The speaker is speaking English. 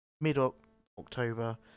mid-October